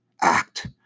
act